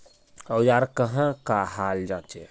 औजार कहाँ का हाल जांचें?